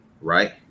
right